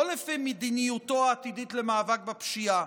לא לפי מדיניותו העתידית למאבק בפשיעה,